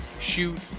shoot